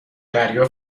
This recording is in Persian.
دریا